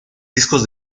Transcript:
discos